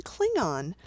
Klingon